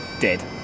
dead